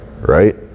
right